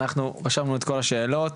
רשמנו את כל השאלות,